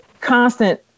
constant